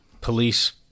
police